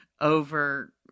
over